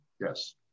yes